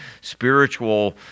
spiritual